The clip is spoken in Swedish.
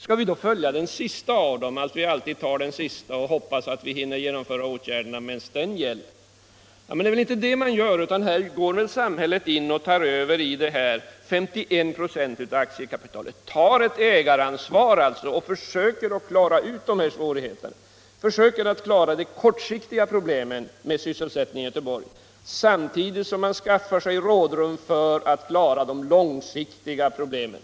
Skall vi då alltid följa den senaste ståndpunkten och hoppas att vi hinner genomföra åtgärderna medan den gäller? var nästa fråga. Det är väl inte det man gör, utan här går samhället in och tar över 51 96 av aktiekapitalet, tar alltså ett ägaransvar och försöker att klara ut svårigheterna — försöker klara de kortsiktiga problemen med sysselsättningen i Göteborg, samtidigt som man skaffar sig rådrum för att klara de långsiktiga problemen.